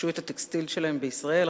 ירכשו את הטקסטיל שלהם בישראל.